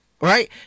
right